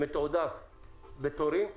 מתועדף בתורים,